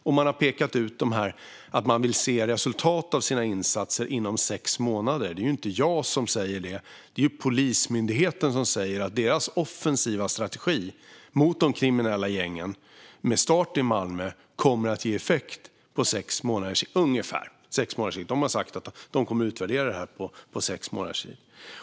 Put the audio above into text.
Och man har pekat ut att man vill se resultat av sina insatser inom sex månader. Det är inte jag som säger det, utan det är Polismyndigheten som säger att deras offensiva strategi mot de kriminella gängen, med start i Malmö, kommer att ge effekt på ungefär sex månaders sikt. Man har sagt att man ska utvärdera detta efter sex månader.